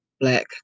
Black